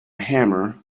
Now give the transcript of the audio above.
hammer